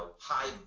high